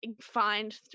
find